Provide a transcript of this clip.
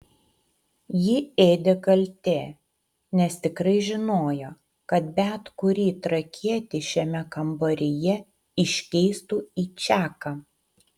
jį ėdė kaltė nes tikrai žinojo kad bet kurį trakietį šiame kambaryje iškeistų į čaką